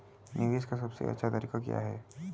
निवेश का सबसे अच्छा तरीका क्या है?